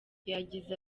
yagize